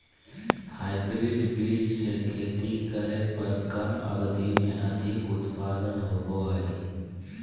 hybrid बीज से खेती करे पर कम अवधि में अधिक उत्पादन होबो हइ